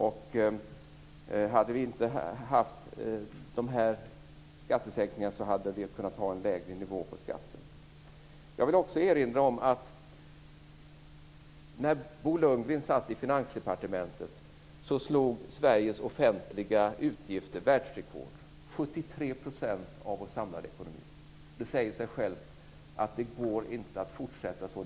Om vi inte hade haft dessa skattesänkningar hade vi kunnat ha en lägre nivå på skatten. Jag vill också erinra om att när Bo Lundgren satt i Finansdepartementet slog Sveriges offentliga utgifter världsrekord, 73 % av vår samlade ekonomi. Det säger sig självt att det inte går att fortsätta så.